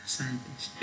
scientist